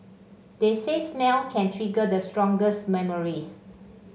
they say smell can trigger the strongest memories